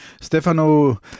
Stefano